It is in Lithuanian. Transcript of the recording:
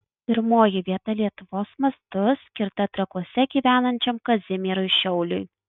pirmoji vieta lietuvos mastu skirta trakuose gyvenančiam kazimierui šiauliui